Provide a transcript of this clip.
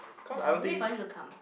we wait for him to come